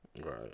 Right